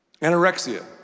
Anorexia